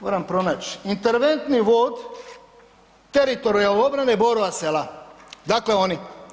Moram pronaći, interventni vod teritorijalne obrane Borova sela, dakle oni.